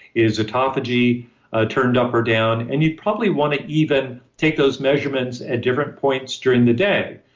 is autophagy ah turned up or down? and you'd probably want to even take those measurements at different points during the day.